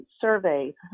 survey